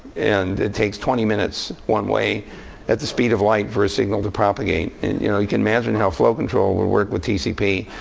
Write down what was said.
and it takes twenty minutes one way at the speed of light for a signal to propagate. and you know you can imagine how flow control will work with tcp.